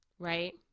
Right